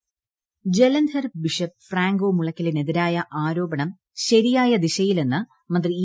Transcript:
P Jayarajan Jalandhar bishop Franco മുളയ്ക്കലിനെതിരായ അന്വേഷണം ശരിയായ ദിശയിലെന്ന് മന്ത്രി ഇ